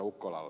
ukkolalle